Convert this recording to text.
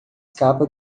capa